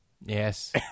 Yes